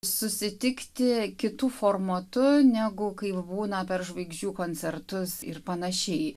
susitikti kitu formatu negu kai būna per žvaigždžių koncertus ir panašiai